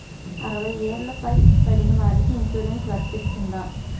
అరవై ఏళ్లు పై పడిన వారికి ఇన్సురెన్స్ వర్తిస్తుందా?